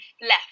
left